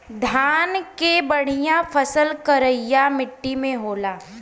धान के बढ़िया फसल करिया मट्टी में होला